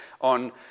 on